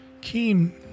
keen